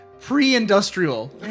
pre-industrial